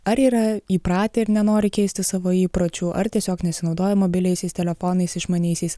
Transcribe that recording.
ar yra įpratę ir nenori keisti savo įpročių ar tiesiog nesinaudoja mobiliaisiais telefonais išmaniaisiais